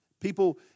people